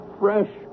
fresh